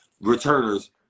returners